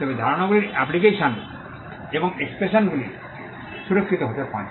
তবে ধারণাগুলির অ্যাপ্লিকেশন এবং এক্সপ্রেশন্সগুলি সুরক্ষিত হতে পারে